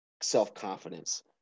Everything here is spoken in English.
self-confidence